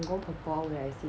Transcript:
公公婆婆 when I see